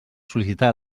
sol·licitar